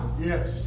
Yes